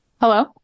Hello